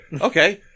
Okay